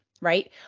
right